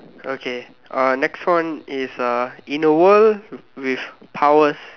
okay uh next one is uh in a world with powers